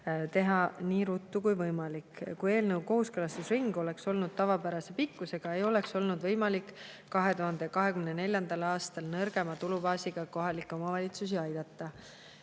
teha nii ruttu kui võimalik. Kui eelnõu kooskõlastusring oleks olnud tavapärase pikkusega, ei oleks olnud võimalik 2024. aastal nõrgema tulubaasiga kohalikke omavalitsusi aidata.